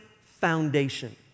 foundation